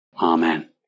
amen